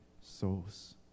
souls